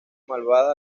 malvada